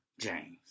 James